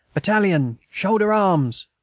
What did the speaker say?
battalion! shoulder arms!